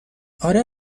آره